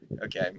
okay